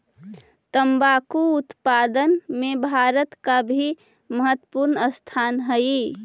तंबाकू उत्पादन में भारत का भी महत्वपूर्ण स्थान हई